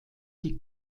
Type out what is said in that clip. die